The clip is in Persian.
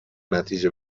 نتیجه